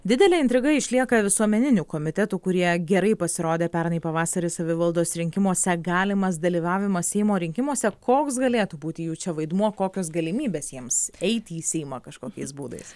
didelė intriga išlieka visuomeninių komitetų kurie gerai pasirodė pernai pavasarį savivaldos rinkimuose galimas dalyvavimas seimo rinkimuose koks galėtų būti jų čia vaidmuo kokios galimybės jiems eiti į seimą kažkokiais būdais